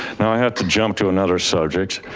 now i have to jump to another subject,